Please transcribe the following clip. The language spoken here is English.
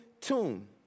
tune